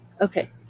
Okay